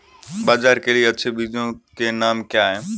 बाजरा के लिए अच्छे बीजों के नाम क्या हैं?